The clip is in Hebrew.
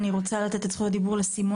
אני רוצה לתת את זכות הדיבור ל-י'.